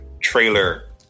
trailer